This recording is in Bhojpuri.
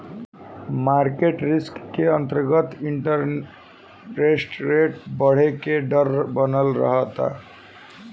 मारकेट रिस्क के अंतरगत इंटरेस्ट रेट बरहे के डर बनल रहता